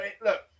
look